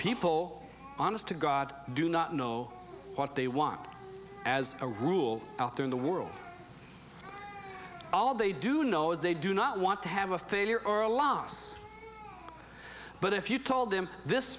people honest to god do not know what they want as a rule out there in the world all they do know is they do not want to have a failure or a las but if you told them this